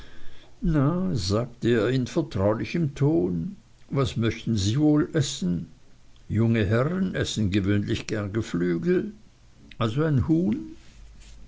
na sagte er in vertraulichem ton was möchten sie wohl essen junge herren essen gewöhnlich gern geflügel also ein huhn